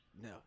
No